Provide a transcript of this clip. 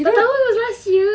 tak tahu it was last year